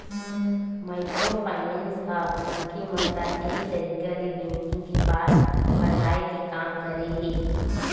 micro finance ह मनखे मन ल एक तरिका ले बेंकिग के पाठ पड़हाय के काम करे हे